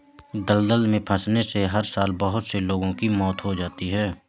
दलदल में फंसने से हर साल बहुत से लोगों की मौत हो जाती है